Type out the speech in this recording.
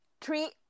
Three